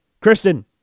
Kristen